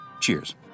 Cheers